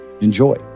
Enjoy